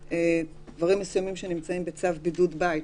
דברים מסוימים שנמצאים בצו בידוד בית,